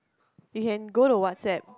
you can go to WhatsApp